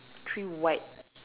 three white